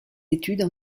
études